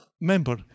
member